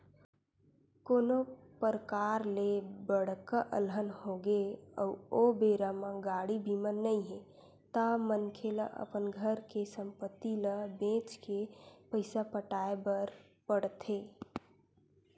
कोनो परकार ले बड़का अलहन होगे अउ ओ बेरा म गाड़ी बीमा नइ हे ता मनखे ल अपन घर के संपत्ति ल बेंच के पइसा पटाय बर पड़थे